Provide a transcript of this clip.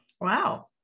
Wow